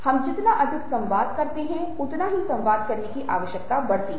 हम जितना अधिक संवाद करते हैं उतना ही संवाद करने की आवश्यकता बढ़ती है